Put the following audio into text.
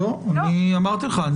לא, אני אמרתי לך.